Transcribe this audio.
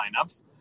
lineups